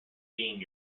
being